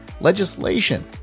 legislation